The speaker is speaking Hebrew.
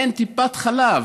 אין טיפת חלב,